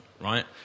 right